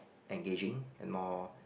engaging and more